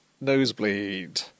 nosebleed